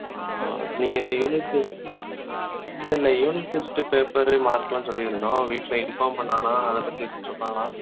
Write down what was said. ஆ நீங்கள் இந்த யூனிட்டு இல்லை இல்லை யூனிட் டெஸ்ட்டு பேப்பரு மார்க்லாம் சொல்லியிருந்தோம் வீட்டில் இன்ஃபார்ம் பண்ணானா அதை பற்றி எதுவும் சொன்னானா